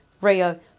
Rio